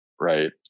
Right